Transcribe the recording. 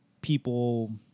people